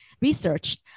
researched